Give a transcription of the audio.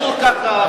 ככה,